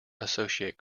associate